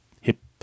hip